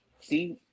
See